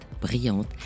Brillante